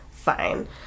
Fine